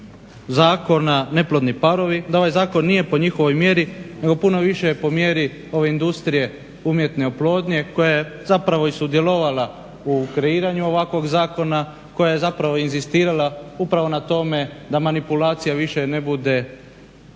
zakona neplodni parovi, da ovaj zakon nije po njihovoj mjeri nego puno više je po mjeri ove industrije umjetne oplodnje koja je zapravo i sudjelovala u kreiranju ovakvog zakona, koja je zapravo inzistirala upravo na tome da manipulacija više ne bude